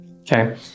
okay